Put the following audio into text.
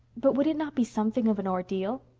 but would it not be something of an ordeal?